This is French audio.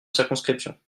circonscription